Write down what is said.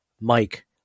mike